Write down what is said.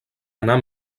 anar